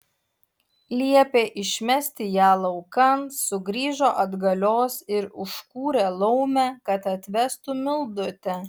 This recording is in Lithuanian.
liepė išmesti ją laukan sugrįžo atgalios ir užkūrė laumę kad atvestų mildutę